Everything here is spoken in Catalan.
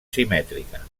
simètrica